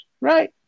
right